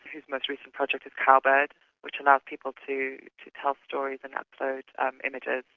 whose most recent project is cowbird which allows people to to tell stories and upload um images,